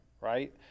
right